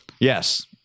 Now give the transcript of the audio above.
Yes